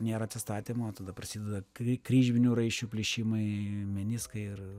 nėra atsistatymo tada prasideda kry kryžminių raiščių plyšimai meniskai ir